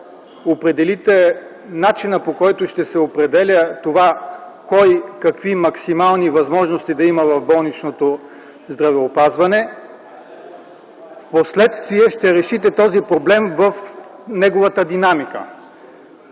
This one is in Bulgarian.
определите начина, по който ще се определя това кой какви максимални възможности да има в болничното здравеопазване, впоследствие ще решите този проблем в неговата динамика.